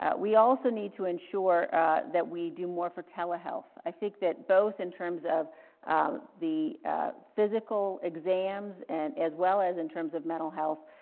we also need to ensure that we do more for telehealth. i think that both, in terms of the physical exams, and as well as in terms of mental health.